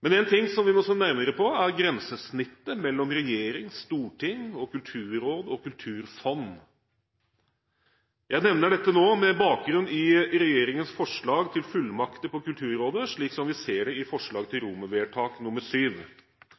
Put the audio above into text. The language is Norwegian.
Men én ting som vi må se nærmere på, er grensesnittet mellom regjering, storting, kulturråd og kulturfond. Jeg nevner dette nå med bakgrunn i regjeringens forslag til fullmakter for Kulturrådet, slik vi ser det i forslag til